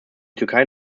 türkei